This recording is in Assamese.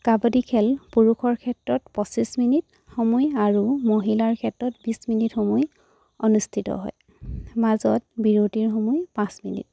কাবাডী খেল পুৰুষৰ ক্ষেত্ৰত পঁচিছ মিনিট সময় আৰু মহিলাৰ ক্ষেত্ৰত বিছ মিনিট সময় অনুষ্ঠিত হয় মাজত বিৰটিৰ সময় পাঁচ মিনিট